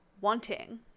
wanting